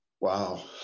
wow